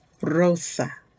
Rosa